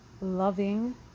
loving